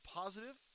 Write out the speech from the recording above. positive